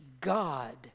God